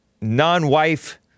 non-wife